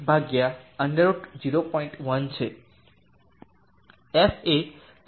1છે f એ કંઇ નથી જે મેં લીધેલ 0